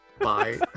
Bye